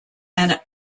and